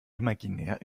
imaginär